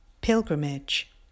Pilgrimage